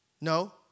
No